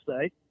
say